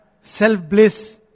self-bliss